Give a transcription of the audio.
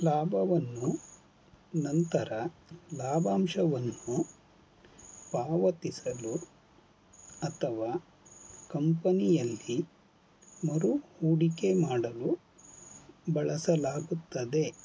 ಲಾಭವನ್ನು ನಂತರ ಲಾಭಾಂಶವನ್ನು ಪಾವತಿಸಲು ಅಥವಾ ಕಂಪನಿಯಲ್ಲಿ ಮರು ಹೂಡಿಕೆ ಮಾಡಲು ಬಳಸಲಾಗುತ್ತದೆ